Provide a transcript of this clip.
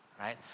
right